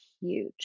huge